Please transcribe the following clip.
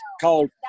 called